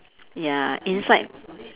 ya inside